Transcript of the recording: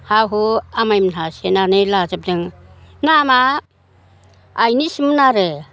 हा हु आमायमोनहा सेनानै लाजोबदों नामआ आइनिसोमोन आरो